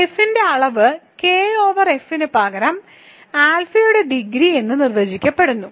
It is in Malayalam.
F ന്റെ അളവ് K ഓവർ F നു പകരം ആൽഫയുടെ ഡിഗ്രി എന്ന് നിർവചിക്കപ്പെടുന്നു